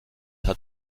hat